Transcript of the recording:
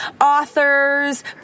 authors